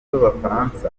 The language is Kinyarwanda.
bafatanyije